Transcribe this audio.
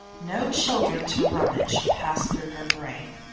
no children to rummage, passed through her brain.